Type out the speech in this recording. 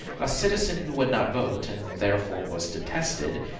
a citizen who would not vote, and, therefore, was detested,